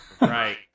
Right